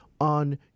on